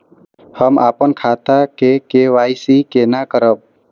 हम अपन खाता के के.वाई.सी केना करब?